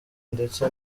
ndetse